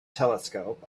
telescope